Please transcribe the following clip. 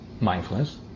mindfulness